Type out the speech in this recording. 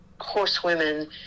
horsewomen